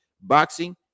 boxing